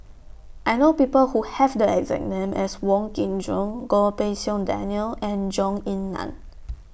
I know People Who Have The exact name as Wong Kin Jong Goh Pei Siong Daniel and Zhou Ying NAN